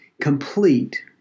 complete